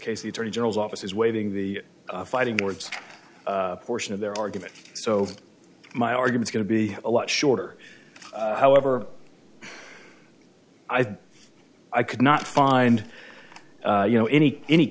case the attorney general's office is waiving the fighting words portion of their argument so my argument going to be a lot shorter however i think i could not find you know any any